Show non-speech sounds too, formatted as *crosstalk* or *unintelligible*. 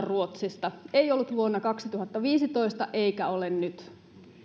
*unintelligible* ruotsista ei ollut vuonna kaksituhattaviisitoista eikä ole nyt